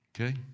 Okay